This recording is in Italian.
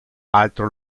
altro